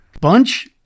Bunch